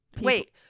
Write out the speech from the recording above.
wait